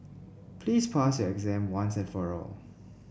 please pass your exam once and for all